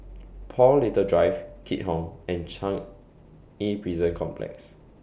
Paul Little Drive Keat Hong and Changi Prison Complex